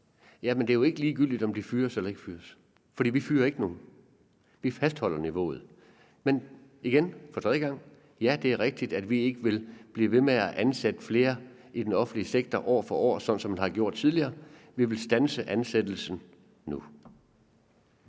Jamen det er jo ikke ligegyldigt, om de fyres eller ikke fyres. For vi fyrer ikke nogen; vi fastholder niveauet. Men igen, for tredje gang, vil jeg sige: Ja, det er rigtigt, at vi ikke vil blive ved med at ansætte flere i den offentlige sektor år for år, sådan som man har gjort tidligere. Vi vil standse ansættelserne nu.